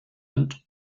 und